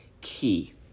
Key